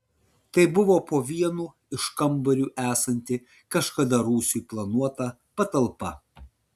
tai buvo po vienu iš kambarių esanti kažkada rūsiui planuota patalpa